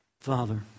Father